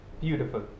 beautiful